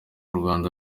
rwanda